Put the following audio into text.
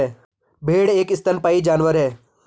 भेड़ एक स्तनपायी जानवर है